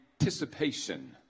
anticipation